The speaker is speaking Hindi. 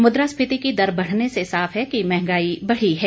मुद्रा स्फीति की दर बढने से साफ है कि महंगाई बढ़ी है